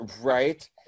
Right